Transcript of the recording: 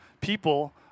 people